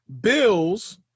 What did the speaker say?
bills